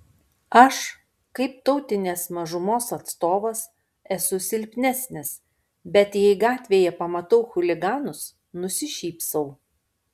aš kaip tautinės mažumos atstovas esu silpnesnis bet jei gatvėje pamatau chuliganus nusišypsau